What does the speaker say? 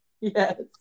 yes